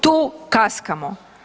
Tu kaskamo.